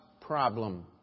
problem